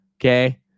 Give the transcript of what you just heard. Okay